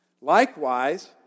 Likewise